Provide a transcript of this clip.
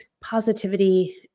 positivity